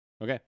Okay